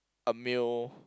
a meal